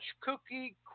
cookie